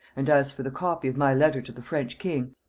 and as for the copy of my letter to the french king,